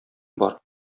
бар